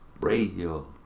radio